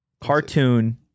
cartoon